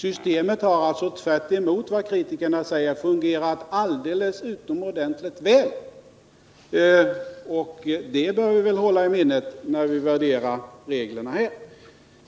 Systemet har alltså, tvärt emot vad kritikerna säger, fungerat alldeles utomordentligt väl. Detta bör vi hålla i minnet, när vi värderar reglerna.